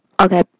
Okay